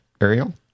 Ariel